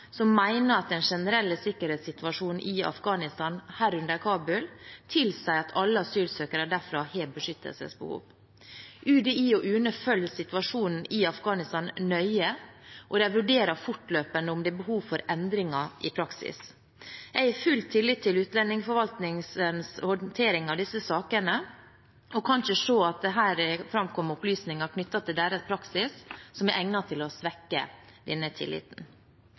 som mener at den generelle sikkerhetssituasjonen i Afghanistan, herunder Kabul, tilsier at alle asylsøkere derfra har beskyttelsesbehov. UDI og UNE følger situasjonen i Afghanistan nøye, og de vurderer fortløpende om det er behov for endringer i praksis. Jeg har full tillit til utlendingsforvaltningens håndtering av disse sakene, og kan ikke se at det her har framkommet opplysninger knyttet til deres praksis som er egnet til å svekke denne tilliten.